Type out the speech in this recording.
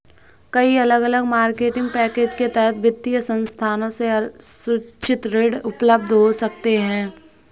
कई अलग अलग मार्केटिंग पैकेज के तहत वित्तीय संस्थानों से असुरक्षित ऋण उपलब्ध हो सकते हैं